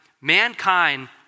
Mankind